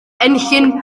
enllyn